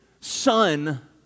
son